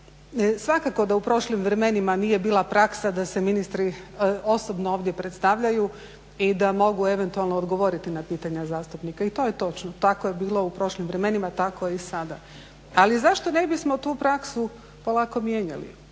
Svakako da u prošlim vremenima nije bila praksa da se ministri osobno ovdje predstavljaju i da mogu eventualno odgovoriti na pitanja zastupnika i to je točno. Tako je bilo u prošlim vremenima, tako je i sada. Ali zašto ne bismo tu praksu polako mijenjali,